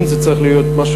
אם זה צריך להיות משהו,